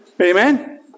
Amen